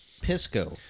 pisco